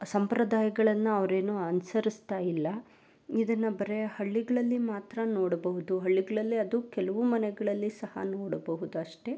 ಸಂಪ್ರದಾಯಗಳನ್ನು ಅವರೇನು ಅನುಸರ್ಸ್ತಾ ಇಲ್ಲ ಇದನ್ನು ಬರೀ ಹಳ್ಳಿಗಳಲ್ಲಿ ಮಾತ್ರ ನೋಡಬಹುದು ಹಳ್ಳಿಗಳಲ್ಲೇ ಅದು ಕೆಲವು ಮನೆಗಳಲ್ಲಿ ಸಹ ನೋಡಬಹುದು ಅಷ್ಟೇ